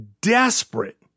desperate